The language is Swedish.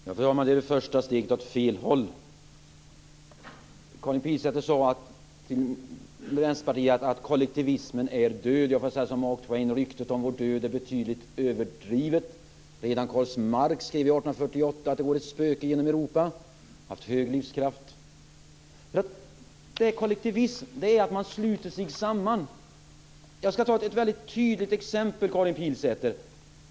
Fru talman! Det är det första steget åt fel håll. Karin Pilsäter sade att kollektivismen är död. Jag får då säga som Mark Twain: Ryktet om vår död är betydligt överdrivet. Redan Karl Marx skrev ju 1848: Det går ett spöke genom Europa. Detta har haft stark livskraft. Kollektivism är att man sluter sig samman. Jag ska ta ett väldigt tydligt exempel, Karin Pilsäter.